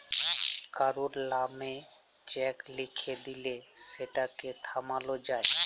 কারুর লামে চ্যাক লিখে দিঁলে সেটকে থামালো যায়